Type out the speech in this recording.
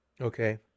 Okay